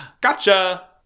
Gotcha